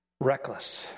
reckless